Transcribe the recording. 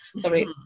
Sorry